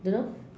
don't know